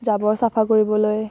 জাবৰ চাফা কৰিবলৈ